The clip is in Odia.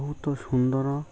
ବହୁତ ସୁନ୍ଦର